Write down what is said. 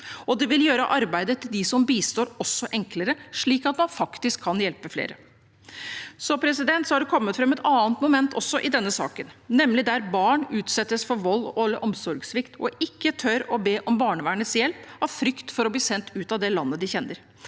Det vil også gjøre arbeidet til de som bistår, enklere, slik at man faktisk kan hjelpe flere. Det er også kommet fram et annet moment i denne saken, nemlig tilfeller der barn utsettes for vold og omsorgssvikt og ikke tør å be om barnevernets hjelp av frykt for å bli sendt ut av det landet de kjenner,